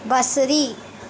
बसरी